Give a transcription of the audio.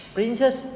Princess